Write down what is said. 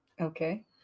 Okay